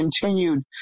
continued